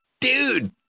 Dude